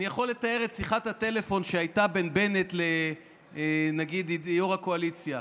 אני יכול לתאר את שיחת הטלפון שהייתה בין בנט נגיד ליו"ר הקואליציה: